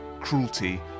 cruelty